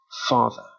Father